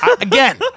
Again